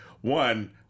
One